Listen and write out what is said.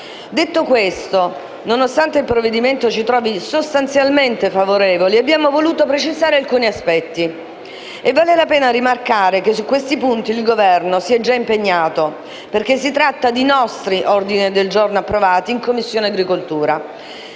Detto questo, nonostante il provvedimento ci trovi sostanzialmente favorevoli, abbiamo voluto precisare alcuni aspetti. Vale la pena rimarcare che su questi punti il Governo si è già impegnato, perché si tratta di nostri ordini del giorno approvati in Commissione agricoltura.